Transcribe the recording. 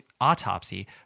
Autopsy